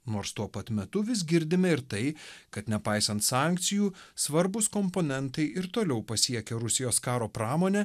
nors tuo pat metu vis girdime ir tai kad nepaisant sankcijų svarbūs komponentai ir toliau pasiekia rusijos karo pramonę